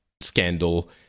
scandal